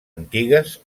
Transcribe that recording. antigues